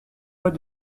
pas